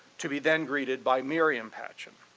to be then greeted by miriam patchen.